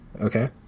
Okay